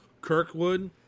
Kirkwood